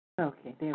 Okay